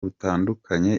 butandukanye